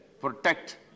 protect